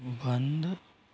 बंद